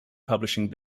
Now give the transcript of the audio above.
publishing